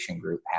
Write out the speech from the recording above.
group